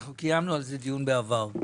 אנחנו קיימנו על זה דיון בעבר,